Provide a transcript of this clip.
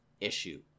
issue